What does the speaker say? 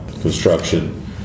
construction